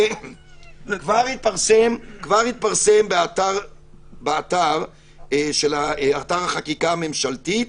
כבר התפרסמה באתר החקיקה הממשלתית